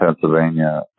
Pennsylvania